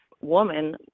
woman